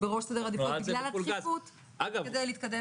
בראש סדר העדיפויות בגלל הדחיפות כדי להתקדם.